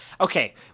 okay